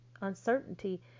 uncertainty